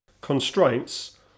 constraints